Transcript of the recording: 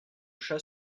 chat